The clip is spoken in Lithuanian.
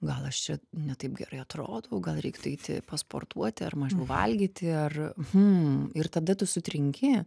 gal aš čia ne taip gerai atrodau gal reiktu eiti pasportuoti ar mažiau valgyti ar mm ir tada tu sutrinki